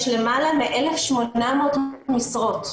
יש למעלה מ-1,800 משרות,